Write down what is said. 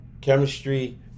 chemistry